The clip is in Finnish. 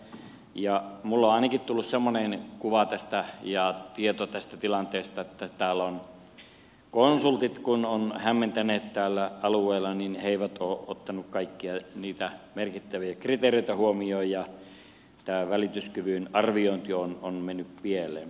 minulle on ainakin tullut semmoinen kuva ja tieto tästä tilanteesta että kun konsultit ovat hämmentäneet tällä alueella niin he eivät ole ottaneet kaikkia niitä merkittäviä kriteereitä huomioon ja tämä välityskyvyn arviointi on mennyt pieleen